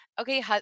okay